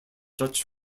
dutch